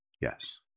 Yes